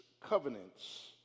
covenants